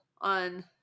on